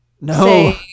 No